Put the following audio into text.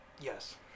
Yes